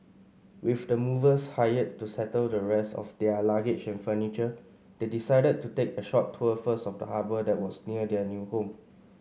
with the movers hired to settle the rest of their luggage and furniture they decided to take a short tour first of the harbour that was near their new home